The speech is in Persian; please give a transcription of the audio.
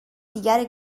دیگر